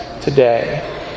today